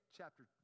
chapter